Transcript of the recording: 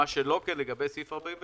מה שלא כן באישור לעניין סעיף 46,